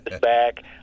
back